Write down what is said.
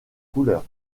couleurs